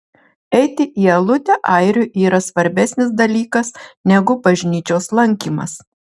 eiti į aludę airiui yra svarbesnis dalykas negu bažnyčios lankymas